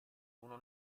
uno